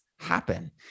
happen